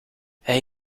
hij